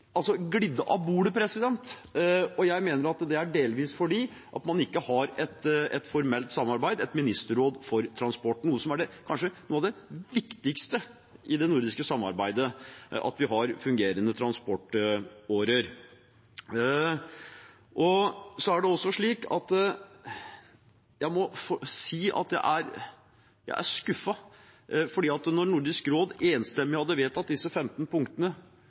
av bordet. Jeg mener det delvis er fordi man ikke har et formelt samarbeid, et ministerråd for transport. Noe som kanskje er det viktigste i det nordiske samarbeidet, er at vi har fungerende transportårer. Jeg må også si jeg er skuffet, for da Nordisk råd enstemmig hadde vedtatt disse 15 punktene,